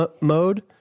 mode